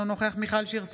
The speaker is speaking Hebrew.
אינו נוכח מיכל שיר סגמן,